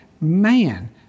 man